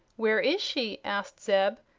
where is she? asked zeb,